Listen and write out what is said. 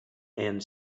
and